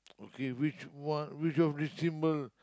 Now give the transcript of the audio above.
okay which one which of